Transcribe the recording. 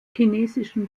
chinesischen